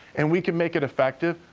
and we can make it effective.